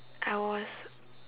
I was